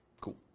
Cool